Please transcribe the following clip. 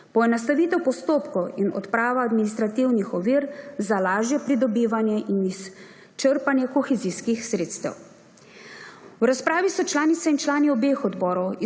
poenostavitev postopkov in odprava administrativnih ovir za lažje pridobivanje in črpanje kohezijskih sredstev. V razpravi so članice in člani obeh odborov